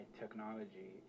technology